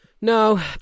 No